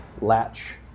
latch